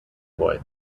boy